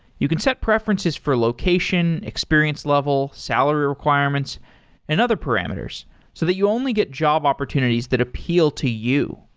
you can set preferences for location, experience level, salary requirements and other parameters so that you only get job opportunities that appeal to you.